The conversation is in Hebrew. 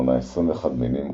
מונה 21 מינים,